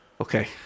Okay